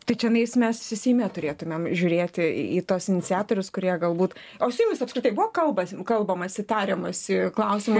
tai čionais mes į seime turėtumėm žiūrėti į tuos iniciatorius kurie galbūt o su jumis apskritai buvo kalbasi nu kalbamasi tariamasi klausimu